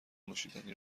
نوشیدنی